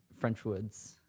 Frenchwoods